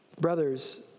brothers